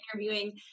interviewing